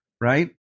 right